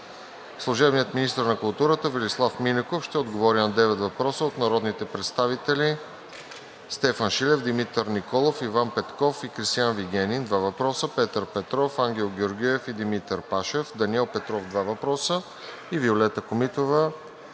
Служебният министър на културата Велислав Минеков ще отговори на девет въпроса от народните представители Стефан Шилев; Димитър Николов; Иван Петков и Кристиан Вигенин – два въпроса; Петър Петров; Ангел Георгиев и Димитър Пашев; Даниел Петров – два въпроса; и Виолета Комитова